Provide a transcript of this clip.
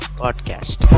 podcast